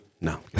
No